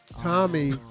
Tommy